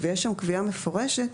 ויש שם קביעה מפורשת,